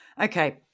Okay